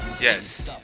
Yes